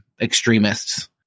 extremists